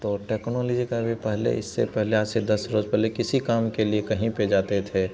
तो टेक्नोलोजी का भी पहले इससे पहले आज से दस वर्ष पहले किसी काम के लिए कहीं पर जाते थे